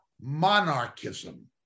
Monarchism